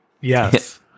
yes